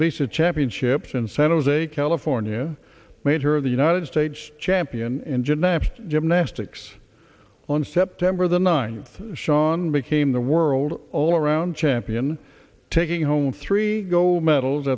vsa championships in san jose california made her the united states champion engine and gymnastics on september the ninth shaun became the world all around champion taking home three gold medals